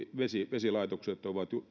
vesilaitokset ovat